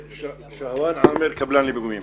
שהואן עאמר, קבלן פיגומים